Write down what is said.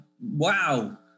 wow